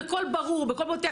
בקול ברור בקול בוטח,